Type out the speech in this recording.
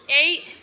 Eight